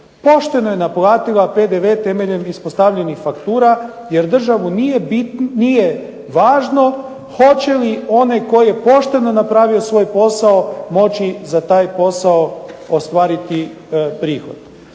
Pošteno je naplatila PDV temeljem ispostavljenih faktura, jer državu nije važno hoće li onaj koji je pošteno napravio svoj posao moći za taj posao ostvariti prihod.